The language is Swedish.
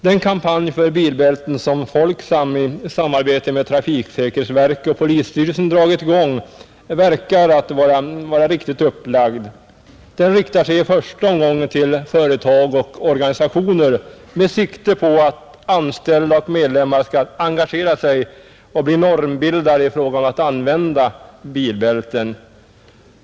Den kampanj för bilbälten som Folksam i samarbete med trafiksäkerhetsverket och polisstyrelsen dragit i gång verkar vara riktigt upplagd. Den riktar sig i första omgången till företag och organisationer med sikte på att anställda och medlemmar skall engagera sig och bli normbildare i fråga om att använda bilbälten.